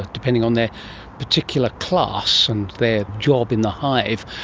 depending on their particular class and their job in the hive.